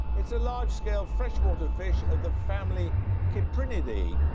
it's a large-scale freshwater fish of the family cyprinidae,